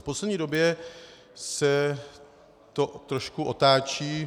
V poslední době se to trošku otáčí.